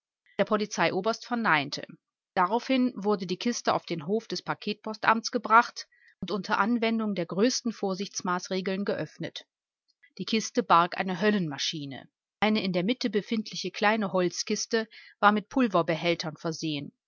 der polizeioberst verneinte daraufhin wurde die kiste auf den hof des paketpostamts gebracht und unter anwendung der größten vorsichtsmaßregeln geöffnet die kiste barg eine höllenmaschine eine in der mitte befindliche kleine holzkiste war mit pulverbehältern versehen